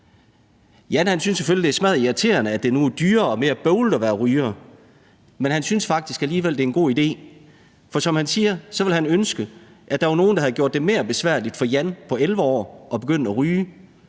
Jan synes selvfølgelig, det er smadderirriterende, at det nu er dyrere og mere bøvlet at være ryger, men han synes faktisk alligevel, det er en god idé, for som han siger, ville han ønske, at der var nogen, der havde gjort det mere besværligt for Jan på 11 år at begynde at ryge,